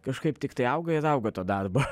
kažkaip tiktai auga ir auga to darbo